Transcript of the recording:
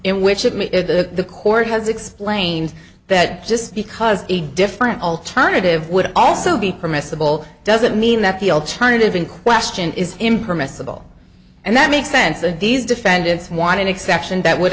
if the court has explained that just because a different alternative would also be permissible does it mean that the alternative in question is impermissible and that makes sense that these defendants want an exception that would